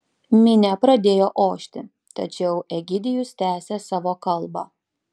minia pradėjo ošti tačiau egidijus tęsė savo kalbą